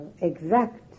exact